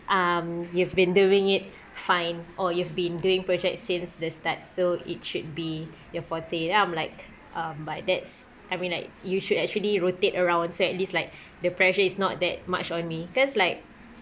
um you've been doing it fine or you've been doing project since the start so it should be your forte then I'm like um but that's I mean like you should actually rotate around so at least like the pressure is not that much on me cause like